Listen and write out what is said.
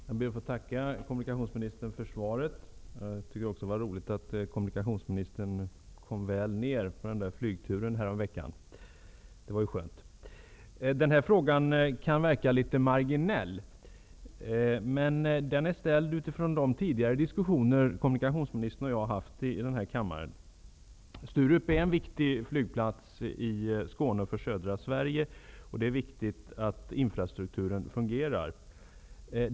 Fru talman! Jag ber att få tacka kommunikationsministern för svaret. Det var skönt att kommunikationsministern kom väl ned från flygturen häromveckan. Den här frågan kan verka något marginell. Den är ställd utifrån de tidigare diskussioner som kommunikationsministern och jag har haft i den här kammaren. Sturup är en viktig flygplats för Skåne och för södra Sverige, och det är viktigt att infrastrukturen fungerar.